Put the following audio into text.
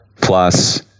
plus